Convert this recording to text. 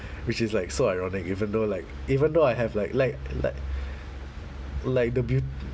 which is like so ironic even though like even though I have like like like like the beaut~